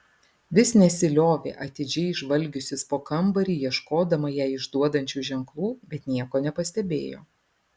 vis nesiliovė atidžiai žvalgiusis po kambarį ieškodama ją išduodančių ženklų bet nieko nepastebėjo